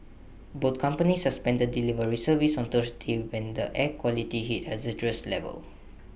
both companies suspended delivery service on Thursday when the air quality hit hazardous levels